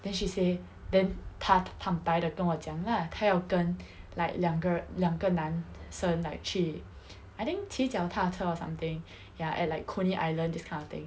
then she say then 她坦白地跟我讲 lah 她要跟 like 两个两个男生 like 去 I think 骑脚踏车 or something ya at like coney island this kind of thing